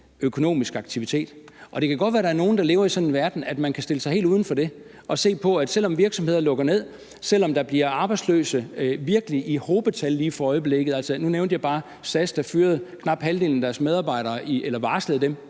økonomisk aktivitet. Og det kan godt være, at der er nogen, der lever i sådan en verden, hvor man kan stille sig helt uden for det, og at man, selv om virksomheder lukker ned, selv om der bliver arbejdsløse i hobetal lige for øjeblikket – nu nævnte jeg SAS, der varslede fyring af knap halvdelen af deres medarbejdere i går – så siger: